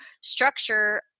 structure